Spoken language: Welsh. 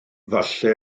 efallai